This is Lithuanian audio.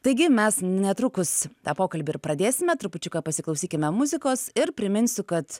taigi mes netrukus tą pokalbį ir pradėsime trupučiuką pasiklausykime muzikos ir priminsiu kad